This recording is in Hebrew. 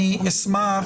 אני אשמח,